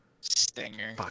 Stinger